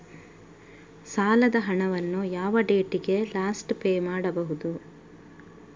ಸಾಲದ ಹಣವನ್ನು ಯಾವ ಡೇಟಿಗೆ ಲಾಸ್ಟ್ ಪೇ ಮಾಡುವುದು?